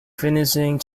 finishing